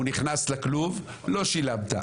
הוא נכנס לכלוב לא שילמת.